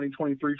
2023